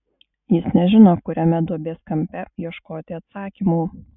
jis nežino kuriame duobės kampe ieškoti atsakymų